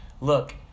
look